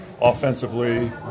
Offensively